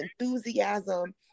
enthusiasm